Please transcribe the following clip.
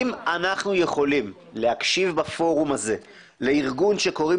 אם אנחנו יכולים להקשיב בפורום הזה לארגון שקוראים